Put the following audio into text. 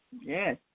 Yes